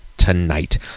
tonight